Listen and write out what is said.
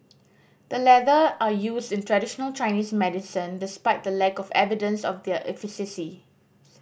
the latter are used in traditional Chinese medicine despite the lack of evidence of their efficacy